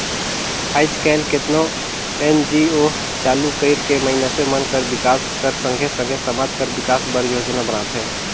आएज काएल केतनो एन.जी.ओ चालू कइर के मइनसे मन कर बिकास कर संघे संघे समाज कर बिकास बर योजना बनाथे